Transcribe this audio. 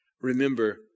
Remember